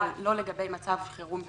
אבל לא לגבי מצב חירום בריאותי,